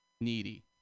needy